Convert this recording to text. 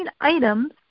items